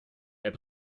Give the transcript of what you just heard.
herr